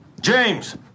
James